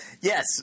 Yes